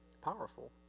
powerful